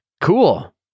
Cool